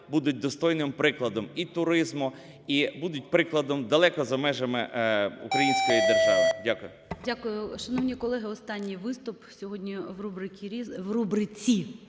будуть достойним прикладом і туризму, і будуть прикладом далеко за межами української держави. Дякую. ГОЛОВУЮЧИЙ. Дякую. Шановні колеги, останній виступ сьогодні в рубриці "Різне". Володимир